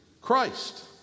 Christ